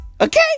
Okay